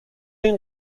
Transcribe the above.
این